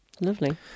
lovely